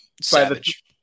Savage